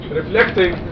reflecting